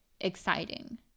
exciting